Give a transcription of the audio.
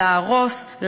להרוס,